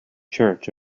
church